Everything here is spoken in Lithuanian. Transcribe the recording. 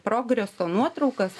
progreso nuotraukas